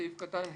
בסעיף קטן (ה),